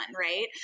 right